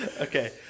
Okay